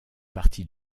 partie